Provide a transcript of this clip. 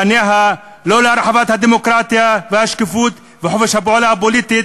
פניה לא להרחבת הדמוקרטיה והשקיפות וחופש הפעולה הפוליטי,